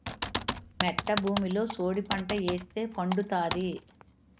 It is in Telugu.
మెట్ట భూమిలో సోడిపంట ఏస్తే పండుతాది